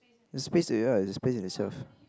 the space they are is a space in itself